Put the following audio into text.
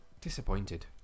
Disappointed